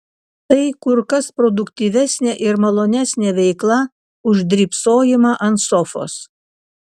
tai kur kas produktyvesnė ir malonesnė veikla už drybsojimą ant sofos